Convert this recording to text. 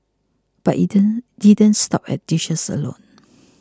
but it didn't stop at dishes alone